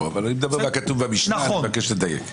ואני מדבר על מה שכתוב במשנה, אני מבקש לדייק.